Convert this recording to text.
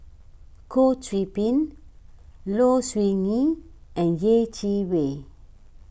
Goh Qiu Bin Low Siew Nghee and Yeh Chi Wei